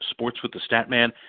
sportswiththestatman